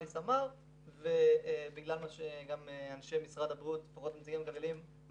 אליס אמר וגם בגלל מה שאנשי משרד הבריאות --- מעלים בפנינו.